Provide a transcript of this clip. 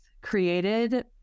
created